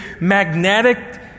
magnetic